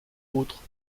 autres